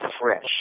fresh